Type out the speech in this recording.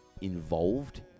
involved